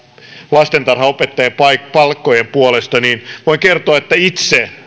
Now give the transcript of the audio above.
lastentarhanopettajien palkkojen puolesta niin voin kertoa että itse